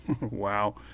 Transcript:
Wow